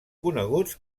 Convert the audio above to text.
coneguts